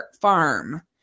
Farm